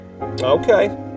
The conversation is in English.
Okay